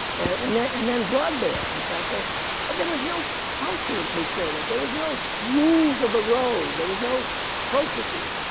and then, and then broadband. they start but there was no culture to take care of that. there was no rules of the road. there was no processes.